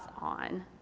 on